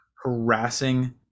harassing